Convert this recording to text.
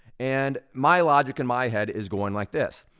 and my logic in my head is going like this.